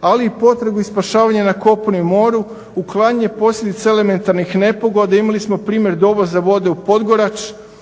ali i potragu i spašavanje na kopnu i moru, uklanjanje posljedica elementarnih nepogoda. Imali smo primjer dovoza vode u Podgorač,